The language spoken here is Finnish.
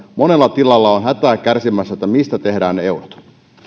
monella tilalla ollaan hätää kärsimässä että mistä tehdään ne eurot